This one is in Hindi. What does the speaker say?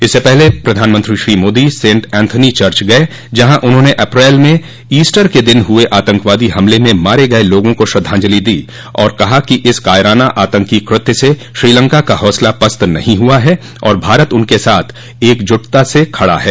इससे पहले प्रधानमंत्री Shri Modi saint Anthony church गये जहाँ उन्होंने अप्रैल में ईस्टर के दिन हुए आतंकवादी हमले में मारे गये लोगों को श्रद्धांजलि दी और कहा कि इस कायराना आतंकी कृत्य से श्रीलंका का हौसला पस्त नहीं हुआ है और भारत उनके साथ एकजुटता से खड़ा है